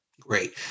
Great